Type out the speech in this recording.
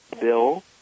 Bill